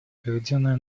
проведенные